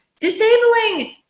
disabling